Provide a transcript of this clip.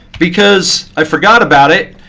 because i forgot about it,